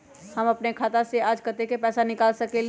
हम अपन खाता से आज कतेक पैसा निकाल सकेली?